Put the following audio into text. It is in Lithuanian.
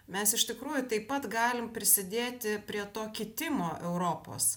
mes iš tikrųjų taip pat galim prisidėti prie to kitimo europos